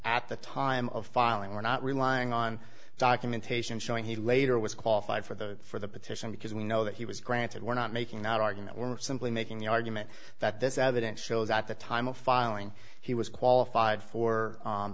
at the time of filing or not relying on documentation showing he later was qualified for the for the petition because we know that he was granted we're not making that argument we're simply making the argument that this evidence shows at the time of filing he was qualified for